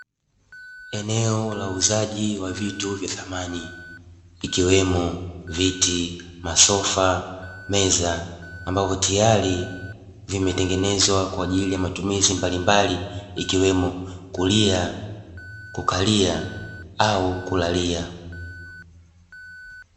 Eneo la uuzaji wa vitu vya samani ikiwemo viti, masofa, meza ambavyo tayari vimetengenezwa kwa ajili ya matumizi mbalimbali ikiwemo kulia, kukalia au kulalia.